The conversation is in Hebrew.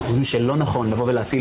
אנחנו חושבים שלא נכון לבוא ולהטיל